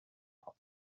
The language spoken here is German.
hat